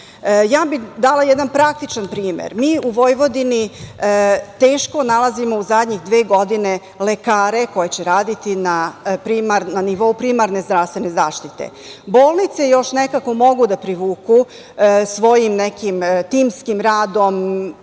Dala bih jedan praktičan primer. Mi u Vojvodini teško nalazimo u zadnje dve godine lekare koji će raditi na nivou primarne zdravstvene zaštite. Bolnice još nekako mogu da privuku svojim nekim timskim radom,